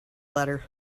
letter